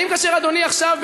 האם כאשר אדוני עכשיו,